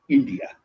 India